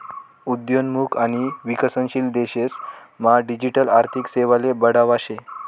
उद्योन्मुख आणि विकसनशील देशेस मा डिजिटल आर्थिक सेवाले बढावा शे